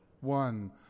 one